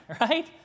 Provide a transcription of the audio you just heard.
right